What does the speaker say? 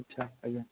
ଆଚ୍ଛା ଆଜ୍ଞା